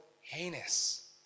heinous